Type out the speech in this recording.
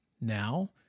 now